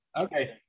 okay